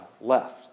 left